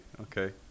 Okay